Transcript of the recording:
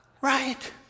right